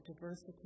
diversity